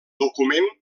document